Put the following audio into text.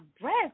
breath